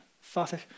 Father